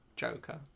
Joker